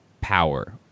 power